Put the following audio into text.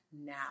Now